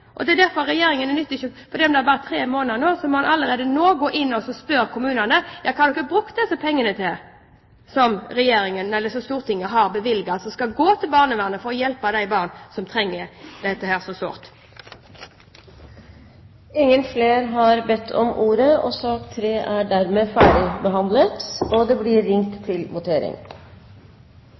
om det har gått bare tre måneder, må Regjeringen allerede nå gå inn og spørre kommunene: Hva har dere brukt disse pengene til, som Stortinget har bevilget, og som skal gå til barnevernet, for å hjelpe de barna som trenger det så sårt? Flere har ikke bedt om ordet til sak nr. 3. Stortinget går da til votering over sakene på dagens kart. I sak nr. 2 foreligger det